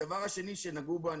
הדבר השני שנגעו בו,